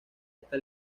esta